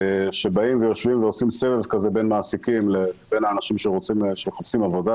שבאים ויושבים ועושים סבב בין מעסיקים לאנשים שמחפשים עבודה